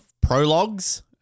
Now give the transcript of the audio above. prologues